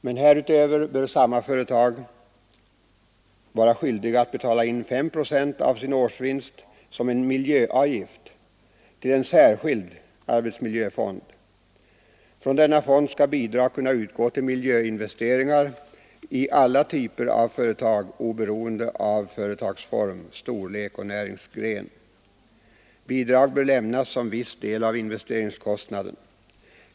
Men härutöver bör samma företag vara skyldiga att betala in 5 procent av sin årsvinst som en miljöavgift till en särskild arbetsmiljöfond. Från denna fond skall bidrag kunna utgå till miljöinvesteringar i alla typer av företag oberoende av företagsform, storlek och näringsgren. Bidrag bör lämnas som viss del av investeringskostnaden.